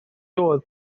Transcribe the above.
oedd